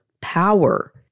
power